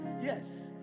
Yes